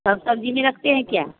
सब सब्जी नहीं रखते हैं क्या